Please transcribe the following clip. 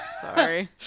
sorry